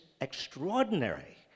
extraordinary